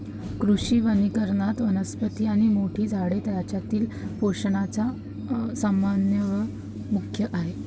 कृषी वनीकरणात, वनस्पती आणि मोठी झाडे यांच्यातील पोषणाचा समन्वय मुख्य आहे